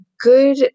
good